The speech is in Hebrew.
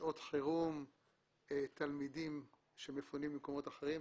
בשעות חירום תלמידים שמפונים ממקומות אחרים,